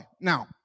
Now